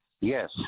Yes